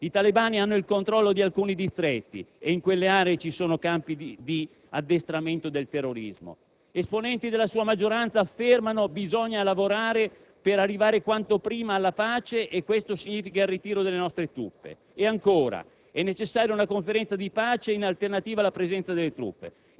In Afghanistan sappiamo che si sta giocando una partita in cui sono in gioco il potenziamento delle istituzioni, lo sviluppo economico e sociale, la libertà del popolo afgano. Ed in tal senso si stanno spendendo le energie ed il coraggio di tanti uomini e donne afgane e di chi li sostiene sotto la bandiera